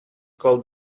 called